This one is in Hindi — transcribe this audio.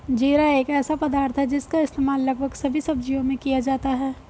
जीरा एक ऐसा पदार्थ है जिसका इस्तेमाल लगभग सभी सब्जियों में किया जाता है